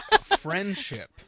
friendship